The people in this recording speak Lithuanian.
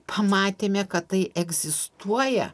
pamatėme kad tai egzistuoja